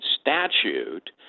statute